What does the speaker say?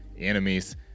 enemies